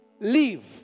leave